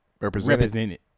represented